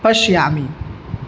पश्यामि